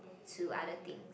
to other things